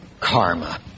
Karma